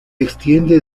extiende